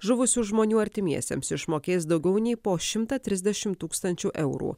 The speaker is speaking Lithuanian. žuvusių žmonių artimiesiems išmokės daugiau nei po šimtą trisdešim tūkstančių eurų